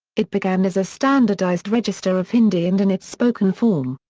it began as a standardized register of hindi and in its spoken form.